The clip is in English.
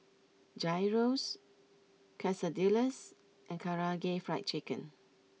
Gyros Quesadillas and Karaage Fried Chicken